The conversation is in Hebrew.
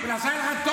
בגלל שהיה לך טוב